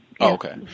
okay